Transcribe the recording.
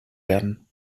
werden